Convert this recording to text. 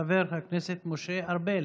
חבר הכנסת משה ארבל,